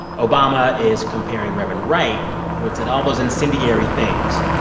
obama is comparing reverend wright, who had said all those incendiary things,